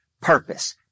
purpose